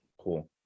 Cool